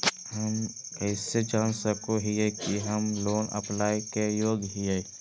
हम कइसे जान सको हियै कि हम लोन अप्लाई के योग्य हियै?